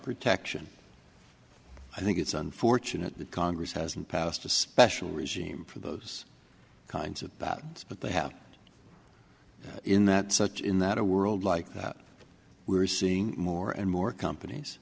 protection i think it's unfortunate that congress hasn't passed a special regime for those kinds of patterns but they have in that such in that a world like that we are seeing more and more companies